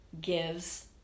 gives